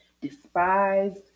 Despised